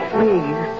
Please